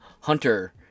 Hunter